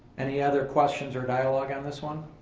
any other questions or dialogue on this one?